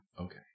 Okay